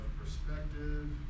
perspective